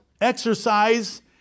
exercise